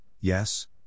Yes